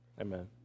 Amen